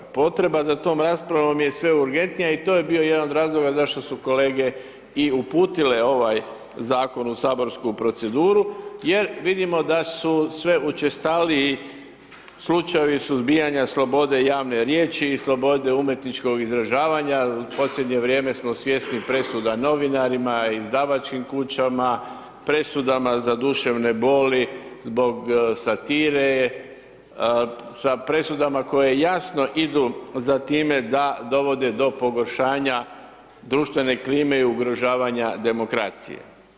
Potreba za tom raspravom je sve urgentnija i to je bio jedan od razloga zašto su kolege i uputile ovaj zakon u saborsku proceduru, jer vidimo da su sve učestaliji slučajevi suzbijanja slobode javne riječi i slobode umjetničkog izražavanja, u posljednje vrijeme smo svjesni presuda novinarima, izdavačkim kućama, presudama za duševne boli zbog satire, sa presudama koje jasno idu za time da dovode do pogoršanja društvene klime i ugrožavanja demokracije.